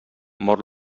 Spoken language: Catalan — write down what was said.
mor